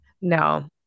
No